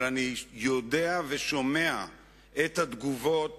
אבל אני יודע ושומע את התגובות